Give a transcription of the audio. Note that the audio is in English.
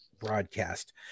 broadcast